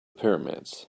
pyramids